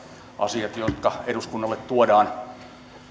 asiat jotka eduskunnalle tuodaan